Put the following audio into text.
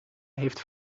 heeft